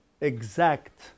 exact